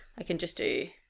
i can just do